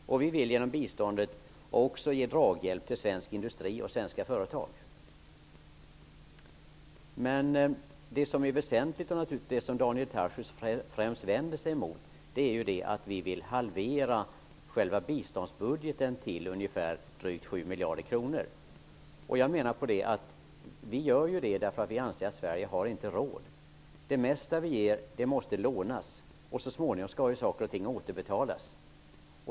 Genom biståndet vill vi också ge draghjälp till svensk industri och svenska företag. Det som är väsentligt och som Daniel Tarschys främst vänder sig emot är att vi vill halvera själva biståndsbudgeten till ungefär drygt 7 miljarder kronor. Vi gör det därför att vi anser att Sverige inte har råd. Det mesta som vi ger måste lånas och så småningom skall ju saker och ting återbetalas.